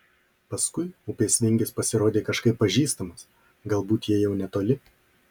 paskui upės vingis pasirodė kažkaip pažįstamas galbūt jie jau netoli